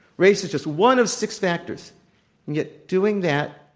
race is just one of six factors, and yet doing that,